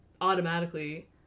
automatically